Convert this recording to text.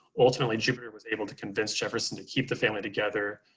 ultimately, jupiter was able to convince jefferson to keep the family together,